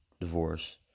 divorce